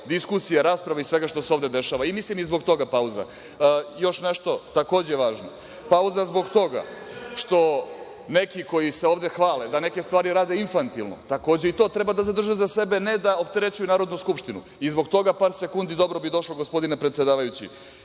diskusije, rasprave i svega ovde što se dešava. I mislim i zbog toga pauza. Još nešto, takođe važno, pauza zbog toga što neki koji se ovde hvale da neke stvari rade infantilno, takođe i to treba da zadrže za sebe, a ne da opterećuju Narodnu skupštinu, i zbog toga par sekundi dobro bi došlo, gospodine predsedavajući. Još